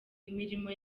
imirimo